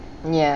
ya